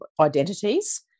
identities